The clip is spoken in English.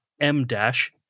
m-dash